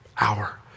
hour